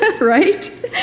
right